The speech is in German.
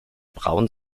braun